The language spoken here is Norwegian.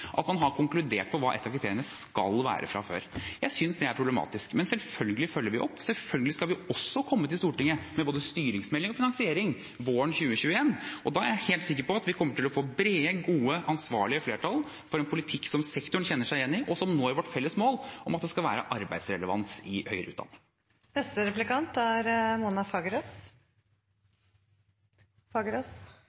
at man fra før har konkludert på hva ett av kriteriene skal være. Jeg synes det er problematisk. Men selvfølgelig følger vi opp, selvfølgelig skal vi også komme til Stortinget med både styringsmelding og finansiering våren 2021, og da er jeg helt sikker på at vi kommer til å få brede, gode, ansvarlige flertall for en politikk som sektoren kjenner seg igjen i, og som når vårt felles mål om at det skal være arbeidsrelevans i høyere